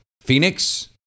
Phoenix